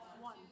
one